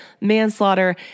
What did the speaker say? manslaughter